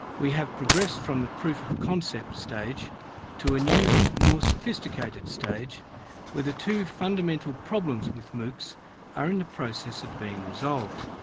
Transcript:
we have progressed from the proof-of-concept stage to a new, more sophisticated stage where the two fundamental problems with moocs are in the process of being resolved.